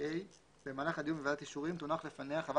(ה) במהלך הדיון בוועדת אישורים תונח לפניה חוות